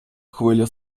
хвиля